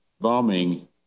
bombing